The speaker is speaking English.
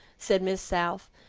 said miss south,